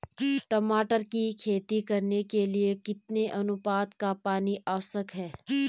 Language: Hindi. टमाटर की खेती करने के लिए कितने अनुपात का पानी आवश्यक है?